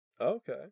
Okay